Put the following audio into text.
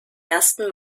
ersten